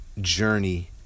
journey